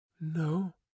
No